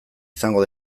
izango